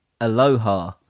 Aloha